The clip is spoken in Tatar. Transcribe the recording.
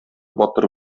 батыр